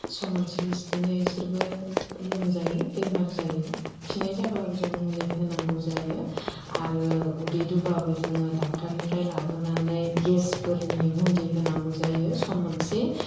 सम मोनसे इदिनो इसोरबो लोमजायो बेमार जायो खिनाय जाब्लाबो जों मुलि होनांगौ जायो आरो उदै दुब्लाबो जोङो ड'क्टरनिफ्राय लाबोनानै गेसफोरनि मुलि होनांगौ जायो सम मोनसे